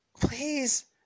please